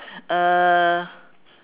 uh